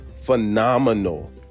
phenomenal